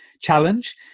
challenge